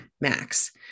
max